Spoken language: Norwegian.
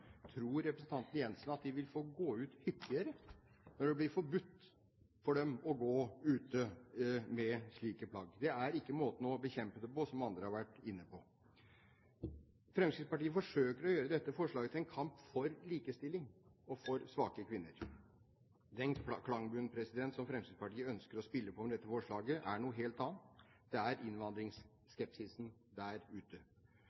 Tror representanten Jensen at de vil få gå ut hyppigere når det blir forbudt for dem å gå ute med slike plagg? Det er ikke måten å bekjempe det på, som andre har vært inne på. Fremskrittspartiet forsøker å gjøre dette forslaget til en kamp for likestilling og for svake kvinner. Den klangbunnen som Fremskrittspartiet ønsker å spille på med dette forslaget, er noe helt annet. Det er innvandringsskepsisen der ute.